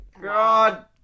god